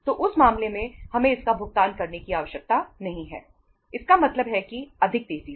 तो उस मामले में हमें इसका भुगतान करने की आवश्यकता नहीं है इसका मतलब है कि अधिक तेज़ी से